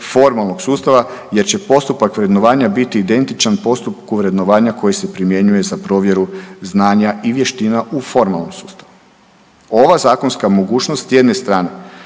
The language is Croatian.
formalnog sustava jer će postupak vrednovanja biti identičan postupku vrednovanja koji se primjenjuje za provjeru znanja i vještina u formalnom sustavu. Ova zakonska mogućnost s jedne strane